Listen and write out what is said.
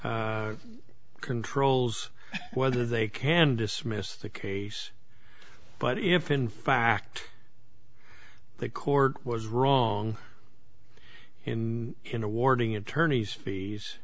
and controls whether they can dismiss the case but if in fact the court was wrong in awarding attorneys fees